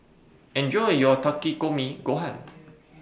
Enjoy your Takikomi Gohan